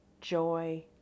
joy